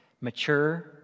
mature